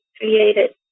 created